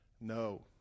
No